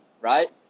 Right